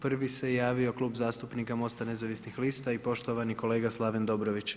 Prvi se javio klub zastupnika MOST-a nezavisnih lista i poštovani kolega Slaven Dobrović.